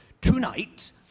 tonight